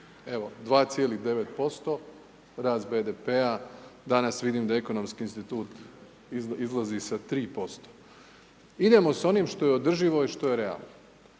evo 2,9% rast BDP-a, danas vidim da Ekonomski institut izlazi sa 3%. Idemo sa onim što je održivo i što je realno,